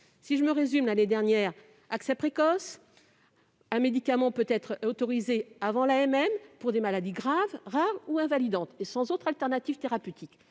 avons mis en place l'accès précoce : un médicament peut être autorisé, avant l'AMM, pour des maladies graves, rares ou invalidantes et sans autre alternative thérapeutique.